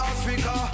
Africa